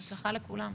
בהצלחה לכולם.